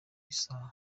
isaha